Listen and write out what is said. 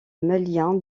malien